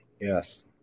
Yes